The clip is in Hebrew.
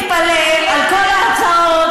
אין מה להתפלא על כל ההצעות,